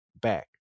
back